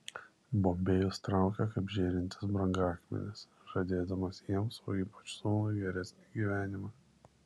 bombėjus traukia kaip žėrintis brangakmenis žadėdamas jiems o ypač sūnui geresnį gyvenimą